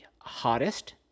hottest